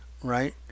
right